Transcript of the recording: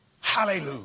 Hallelujah